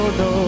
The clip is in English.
no